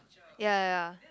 ya ya ya